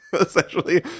essentially